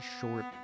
short